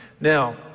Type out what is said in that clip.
Now